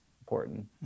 important